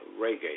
reggae